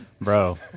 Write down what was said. Bro